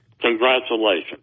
Congratulations